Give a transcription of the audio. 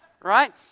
right